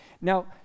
Now